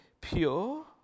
pure